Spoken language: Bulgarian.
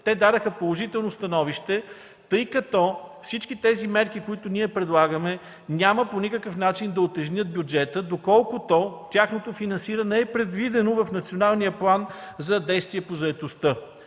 даде положително становище, тъй като всички мерки, които предлагаме, няма по никакъв начин да утежнят бюджета, доколкото тяхното финансиране е предвидено в Националния план за действие по заетостта.